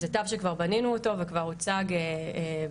וזה תו שכבר בנינו אותו וכבר הוצג בוועדת